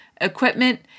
equipment